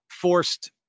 forced